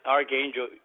*Archangel*